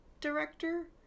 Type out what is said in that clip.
director